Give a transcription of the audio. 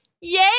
Yay